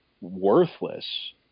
worthless